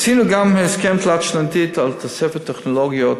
עשינו גם הסכם תלת-שנתי על תוספת טכנולוגיות,